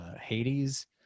Hades